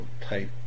type